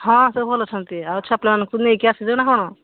ହଁ ସବୁ ଭଲ ଅଛନ୍ତି ଆଉ ଛୁଆପିଲାମାନଙ୍କୁ ସବୁ ନେଇକି ଆସିଛ ନା କ'ଣ